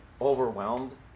overwhelmed